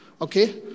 Okay